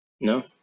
No